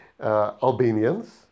Albanians